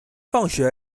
function